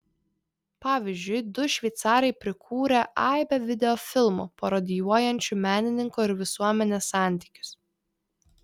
pavyzdžiui du šveicarai prikūrę aibę videofilmų parodijuojančių menininko ir visuomenės santykius